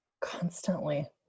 Constantly